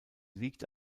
liegt